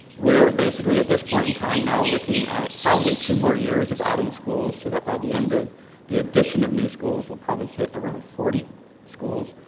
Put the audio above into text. we are basically at this point and time now looking at probably two more years of adding schools so that by the end of the addition of new schools we'll probably hit around forty schools.